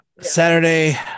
saturday